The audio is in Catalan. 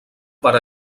per